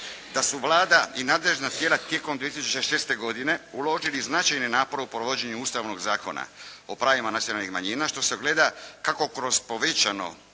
da su Vlada i nadležna tijela tijekom 2006. godine uložili značajni napor u provođenju Ustavnog zakona o pravima nacionalnih manjina što se gleda kako kroz povećano